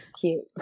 cute